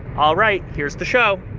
all right. here's the show